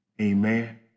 Amen